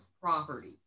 property